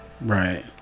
right